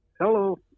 hello